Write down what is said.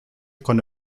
con